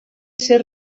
ser